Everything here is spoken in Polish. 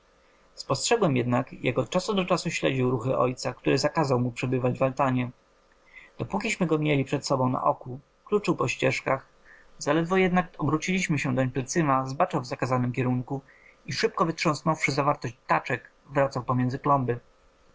spostrzegłem jednak jak od czasu do czasu śledził ruchy ojca który zakazał mu przebywać w altanie dopókiśmy go mieli przed sobą na oku kluczył po ścieżkach zaledwo jednak obróciliśmy się doń plecyma zbaczał w zakazanym kierunku i szybko wytrząsnąwszy zawartość taczek wracał pomiędzy